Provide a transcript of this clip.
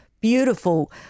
beautiful